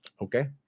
Okay